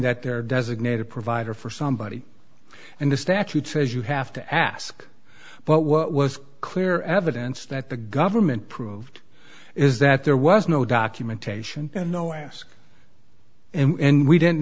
that they're designated provider for somebody and the statute says you have to ask but what was clear evidence that the government proved is that there was no documentation and no ask and we didn't